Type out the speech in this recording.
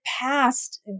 past